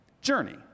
journey